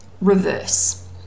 reverse